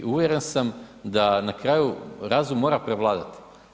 I uvjeren sam da na kraju razum mora prevladati.